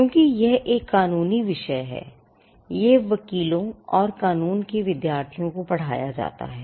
क्योंकि यह एक कानूनी विषय है यह वकीलों और कानून के विद्यार्थियों को पढ़ाया जाता है